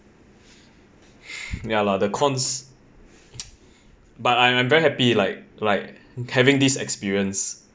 ya lah the cons but I I am very happy like like having this experience